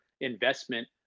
investment